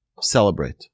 celebrate